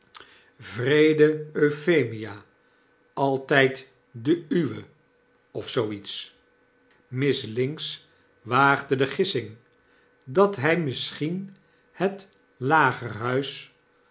wreede euphemia altp de uwe of zoo iets miss linx waagde de gissing dat hij misschien het lagerhuis